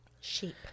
Sheep